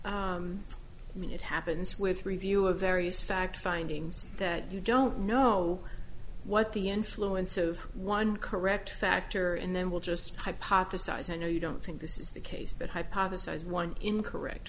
when it happens with review of various fact findings that you don't know what the influence of one correct factor and then we'll just hypothesize i know you don't think this is the case but hypothesize one incorrect